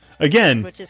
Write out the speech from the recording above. Again